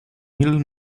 mil